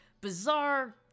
bizarre